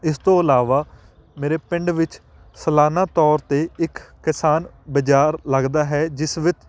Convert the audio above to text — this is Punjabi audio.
ਇਸ ਤੋਂ ਇਲਾਵਾ ਮੇਰੇ ਪਿੰਡ ਵਿੱਚ ਸਾਲਾਨਾ ਤੌਰ 'ਤੇ ਇੱਕ ਕਿਸਾਨ ਬਜ਼ਾਰ ਲੱਗਦਾ ਹੈ ਜਿਸ ਵਿੱਚ